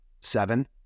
seven